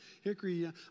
Hickory